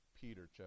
Peter